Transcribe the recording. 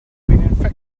been